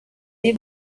y’i